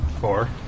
Four